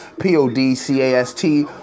P-O-D-C-A-S-T